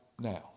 now